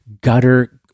gutter